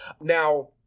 Now